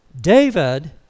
David